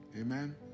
Amen